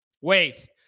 Waste